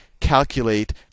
Calculate